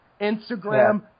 Instagram